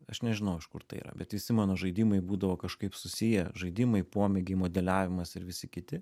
aš nežinau iš kur tai yra bet visi mano žaidimai būdavo kažkaip susiję žaidimai pomėgiai modeliavimas ir visi kiti